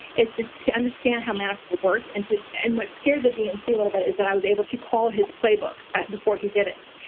is to to understand how manafort worked. and and what scared the dnc a little bit is that i was able to call his play book before he did it.